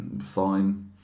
Fine